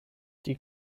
die